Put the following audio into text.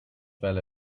fell